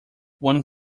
one